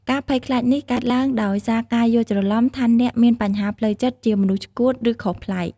ការភ័យខ្លាចនេះកើតឡើងដោយសារការយល់ច្រឡំថាអ្នកមានបញ្ហាផ្លូវចិត្តជាមនុស្សឆ្កួតឬខុសប្លែក។